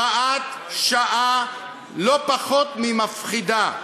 הוראת שעה לא פחות ממפחידה.